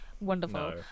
Wonderful